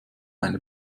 eine